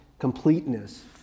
completeness